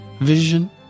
vision